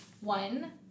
One